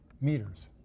meters